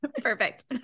Perfect